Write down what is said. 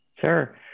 Sure